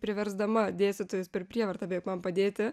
priversdama dėstytojus per prievartą beveik man padėti